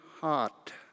heart